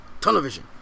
television